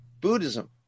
Buddhism